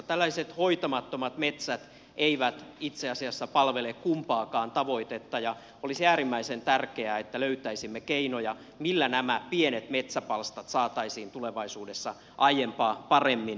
tällaiset hoitamattomat metsät eivät itse asiassa palvele kumpaakaan tavoitetta ja olisi äärimmäisen tärkeää että löytäisimme keinoja millä nämä pienet metsäpalstat saataisiin tulevaisuudessa aiempaa paremmin hyödynnettyä